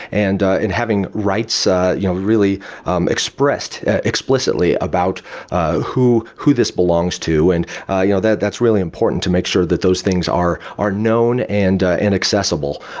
and ah and having rights ah you know really um expressed explicitly about who who this belongs to. and you know that's really important to make sure that those things are are known and and accessible.